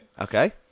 Okay